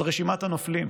על רשימת הנופלים,